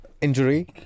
Injury